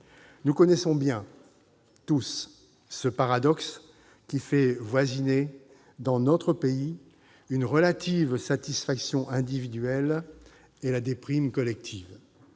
Nous connaissons bien, tous, ce paradoxe qui fait voisiner dans notre pays une relative satisfaction individuelle et la déprime collective.